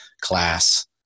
class